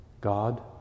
God